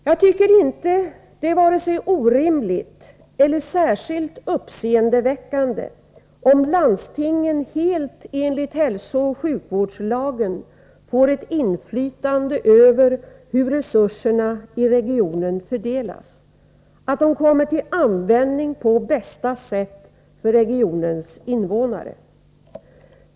Jag tycker inte att det är vare sig orimligt eller särskilt uppseendeväckande om landstingen helt enligt hälsooch sjukvårdslagen får ett inflytande över hur resurserna i regionen fördelas, att de kommer till användning på bästa sätt för regionens invånare.